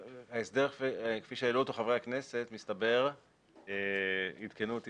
ההסדר כפי שהעלו אותו חברי הכנסת עדכנו אותי